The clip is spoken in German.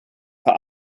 paar